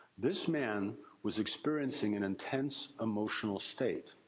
this man was experiencing an intense emotional state,